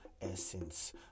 essence